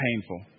painful